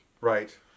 Right